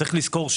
יש לזכור,